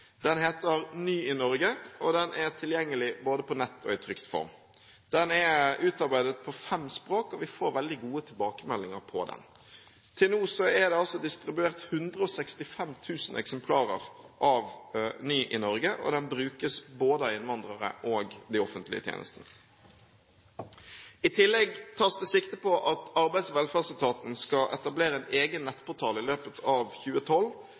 Den heter Ny i Norge, og den er tilgjengelig både på nett og i trykt form. Den er utarbeidet på fem språk, og vi får veldig gode tilbakemeldinger på den. Til nå er det distribuert 165 000 eksemplarer av Ny i Norge, og den brukes både av innvandrere og offentlige tjenester. I tillegg tas det sikte på at Arbeids- og velferdsetaten skal etablere en egen nettportal i løpet av 2012,